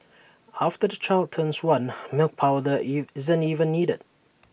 after the child turns one milk powder if isn't even needed